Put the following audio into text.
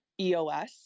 eos